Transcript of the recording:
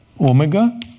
omega